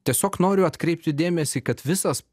tiesiog noriu atkreipti dėmesį kad visas